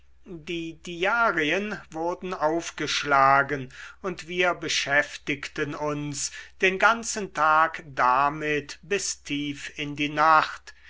die diarien wurden aufgeschlagen und wir beschäftigten uns den ganzen tag damit bis tief in die nacht